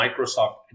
Microsoft